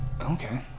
Okay